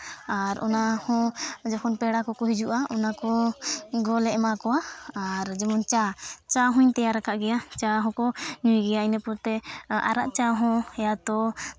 ᱟᱨ ᱚᱱᱟᱦᱚᱸ ᱡᱚᱠᱷᱚᱱ ᱯᱮᱲᱟ ᱠᱚᱠᱚ ᱦᱤᱡᱩᱜᱼᱟ ᱚᱱᱟ ᱠᱚᱦᱚᱸᱞᱮ ᱮᱢᱟ ᱠᱚᱣᱟ ᱟᱨ ᱡᱮᱢᱚᱱ ᱪᱟ ᱪᱟ ᱦᱚᱸᱧ ᱛᱮᱭᱟᱨ ᱠᱟᱜ ᱜᱮᱭᱟ ᱪᱟ ᱦᱚᱸᱠᱚ ᱧᱩᱭ ᱜᱮᱭᱟ ᱤᱱᱟᱹ ᱯᱚᱨᱛᱮ ᱟᱨᱟᱜ ᱪᱟ ᱦᱚᱸ ᱭᱟᱛᱳ